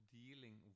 dealing